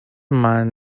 man